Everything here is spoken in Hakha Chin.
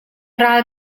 ral